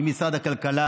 ממשרד הכלכלה